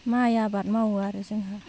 माइ आबाद मावो आरो जोंहा